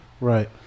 right